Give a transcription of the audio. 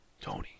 Tony